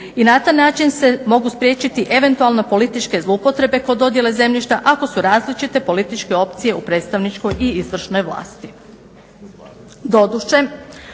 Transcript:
i na taj način se mogu spriječiti eventualne političke zloupotrebe kod dodjele zemljišta ako su različite političke opcije u predstavničkoj i izvršnoj vlasti.